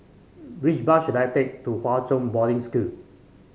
which bus should I take to Hwa Chong Boarding School